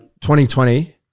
2020